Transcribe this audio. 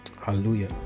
Hallelujah